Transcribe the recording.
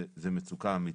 זו מצוקה אמיתית,